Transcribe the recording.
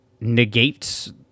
negates